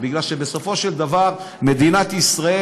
עכשיו אני רוצה להגיד לך משהו,